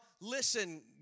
listen